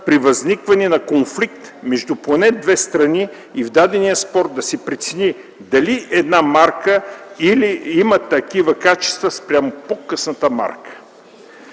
при възникване на конфликт между поне две страни и в дадения спор да се прецени дали една марка има такива качества спрямо по-късната марка.